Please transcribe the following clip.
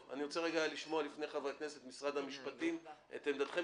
לפני חברי הכנסת אני רוצה לשמוע את עמדת משרד המשפטים.